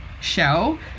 show